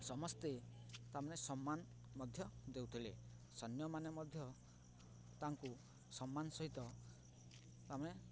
ସମସ୍ତେ ତାଙ୍କେ ସମ୍ମାନ ମଧ୍ୟ ଦେଉଥିଲେ ସୈନ୍ୟମାନେ ମଧ୍ୟ ତାଙ୍କୁ ସମ୍ମାନ ସହିତ ତାଙ୍କେ